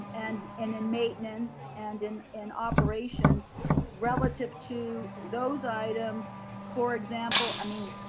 and and in maintenance and in in operations relative to those items for example, i mean,